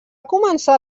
començar